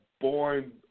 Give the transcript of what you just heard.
born